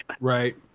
Right